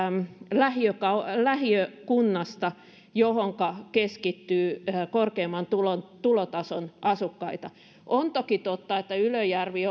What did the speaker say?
lähiökunnasta lähiökunnasta johonka keskittyy korkeimman tulotason tulotason asukkaita on toki totta että ylöjärvi